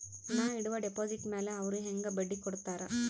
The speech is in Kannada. ನಾ ಇಡುವ ಡೆಪಾಜಿಟ್ ಮ್ಯಾಲ ಅವ್ರು ಹೆಂಗ ಬಡ್ಡಿ ಕೊಡುತ್ತಾರ?